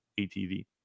ATV